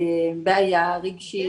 כשאנחנו יודעים היום שטיפולים פרא רפואיים,